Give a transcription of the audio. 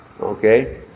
Okay